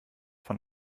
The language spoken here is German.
von